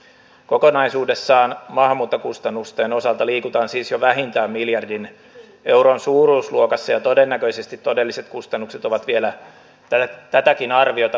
kokonaisuudessaan maahanmuuttokustannusten osalta liikutaan siis jo vähintään miljardin euron suuruusluokassa ja todennäköisesti todelliset kustannukset ovat vielä tätäkin arviota huomattavasti suuremmat